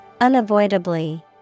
Unavoidably